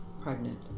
pregnant